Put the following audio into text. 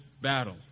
battle